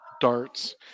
darts